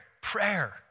prayer